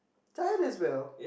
tired as well